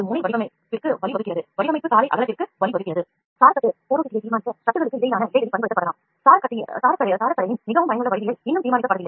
Scaffoldன் புரைமையைத் தீர்மானிக்க ஸ்ட்ரட்டுகளுக்கு இடையிலான இடைவெளி பயன்படுத்தப்படலாம் scaffoldன் மிகவும் பயனுள்ள வடிவியல் இன்னும் தீர்மானிக்கப்படவில்லை